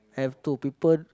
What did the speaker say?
have to people